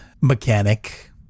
mechanic